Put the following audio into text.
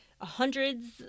hundreds